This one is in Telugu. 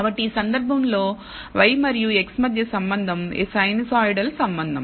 కాబట్టి ఈ సందర్భంలో y మరియు x మధ్య సంబంధం a sinusoidal సంబంధం